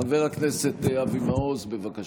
חבר הכנסת אבי מעוז, בבקשה.